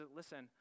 listen